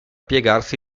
piegarsi